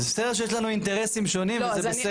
יש לנו אינטרסים שונים וזה בסדר.